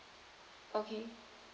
okay